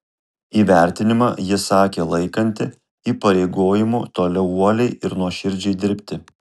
įvertinimą ji sakė laikanti įpareigojimu toliau uoliai ir nuoširdžiai dirbti